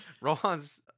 Rohan's